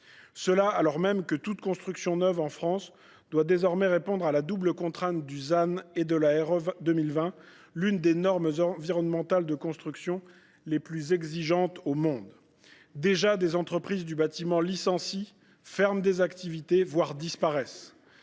été aussi élevées. Toute construction neuve en France doit pourtant désormais répondre à la double contrainte du ZAN et de la RE 2020, l’une des normes environnementales de construction les plus exigeantes au monde. Des entreprises du bâtiment licencient, ferment des activités, voire disparaissent